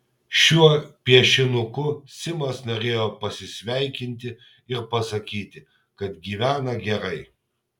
šiuo piešinuku simas norėjo pasisveikinti ir pasakyti kad gyvena gerai